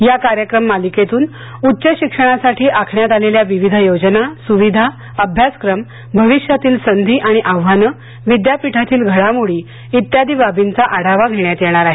या कार्यक्रम मालिकेतून उच्चशिक्षणासाठी आखण्यात आलेल्या विविध योजना सुविधा अभ्यासक्रम भविष्यातील संधी आणि आव्हाने विद्यापीठातील घडामोडी इत्यादी बाबींचा आढावा घेण्यात येणार आहे